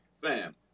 Fam